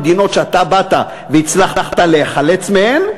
במדינות שאתה באת והצלחת להיחלץ מהן.